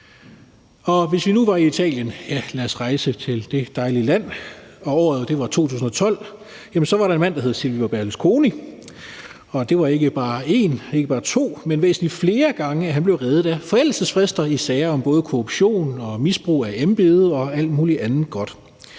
til det dejlige land, og året var 2012. Der var der en mand, der hed Silvio Berlusconi, og det var ikke bare en, ikke bare to, men væsentlig flere gange, at han blev reddet af forældelsesfrister i sager om både korruption og misbrug af embede og alt muligt andet godt.